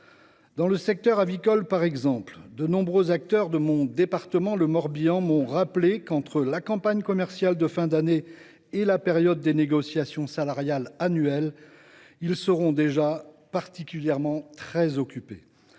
dans le secteur avicole, de nombreux acteurs de mon département, le Morbihan, m’ont rappelé qu’entre la campagne commerciale de fin d’année et la période des négociations salariales annuelles ils seront déjà très occupés.